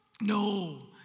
No